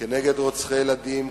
כנגד רוצחי ילדים,